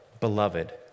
beloved